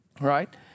Right